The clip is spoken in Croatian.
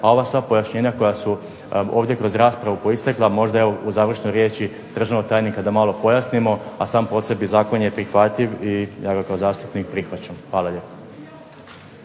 a ova sva pojašnjenja koja su ovdje kroz raspravu proistekla, možda evo u završnoj riječi državnog tajnika da malo pojasnimo, a sam po sebi zakon je prihvatljiv i ja ga kao zastupnik prihvaćam. Hvala lijepa.